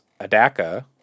Adaka